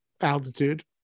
Altitude